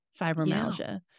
fibromyalgia